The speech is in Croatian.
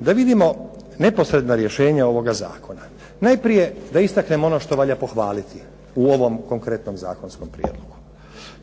Da vidimo neposredna rješenja ovoga zakona. Najprije da istaknem ono što valja pohvaliti u ovom konkretnom zakonskom prijedlogu.